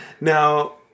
Now